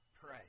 pray